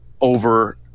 over